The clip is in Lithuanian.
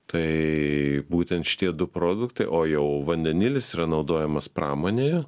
tai būtent šitie du produktai o jau vandenilis yra naudojamas pramonėje